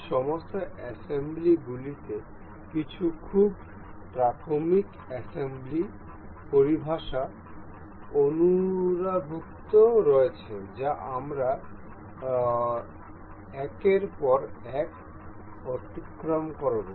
এই সমস্ত অ্যাসেম্বলি গুলিতে কিছু খুব প্রাথমিক অ্যাসেম্বলির পরিভাষা অন্তর্ভুক্ত রয়েছে যা আমরা একের পর এক অতিক্রম করব